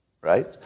right